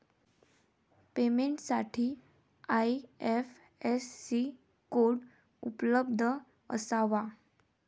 पेमेंटसाठी IFSC code उपलब्ध असावा